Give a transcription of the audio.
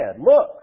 look